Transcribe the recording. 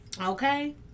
Okay